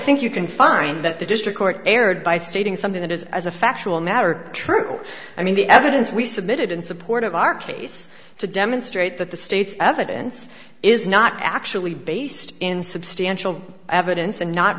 think you can find that the district court erred by stating something that is as a factual matter true i mean the evidence we submitted in support of our case to demonstrate that the state's evidence is not actually based in substantial evidence and not